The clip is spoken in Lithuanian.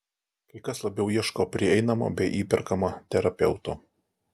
kai kas labiau ieško prieinamo bei įperkamo terapeuto